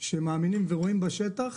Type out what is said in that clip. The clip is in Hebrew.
שמאמינים ורואים בשטח